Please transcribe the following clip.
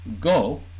go